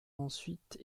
ensuite